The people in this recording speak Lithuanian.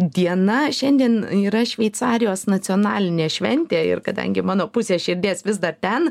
diena šiandien yra šveicarijos nacionalinė šventė ir kadangi mano pusė širdies vis dar ten